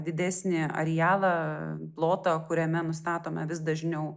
didesnį arealą plotą kuriame nustatome vis dažniau